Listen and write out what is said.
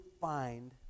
find